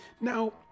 Now